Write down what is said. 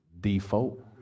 default